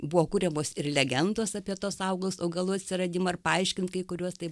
buvo kuriamos ir legendos apie tuos augalus augalų atsiradimą ir paaiškint kai kuriuos tai